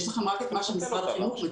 יש לכם רק את מה שמשרד החינוך נותן.